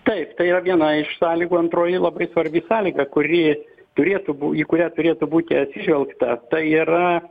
taip tai yra viena iš sąlygų antroji labai svarbi sąlyga kuri turėtų bū į kurią turėtų būti atsižvelgta tai yra